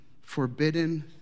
forbidden